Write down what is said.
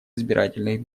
избирательных